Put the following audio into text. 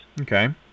Okay